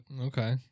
Okay